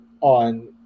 on